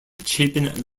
chapin